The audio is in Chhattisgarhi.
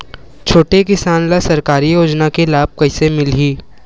छोटे किसान ला सरकारी योजना के लाभ कइसे मिलही?